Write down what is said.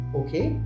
okay